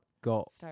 got